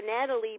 natalie